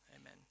amen